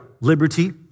liberty